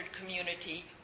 community